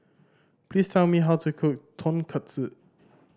please tell me how to cook Tonkatsu